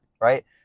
right